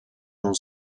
non